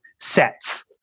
sets